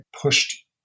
pushed